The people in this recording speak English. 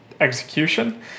execution